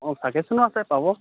অঁ চাজেচনো আছে পাব